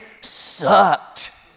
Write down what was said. sucked